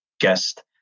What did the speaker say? guest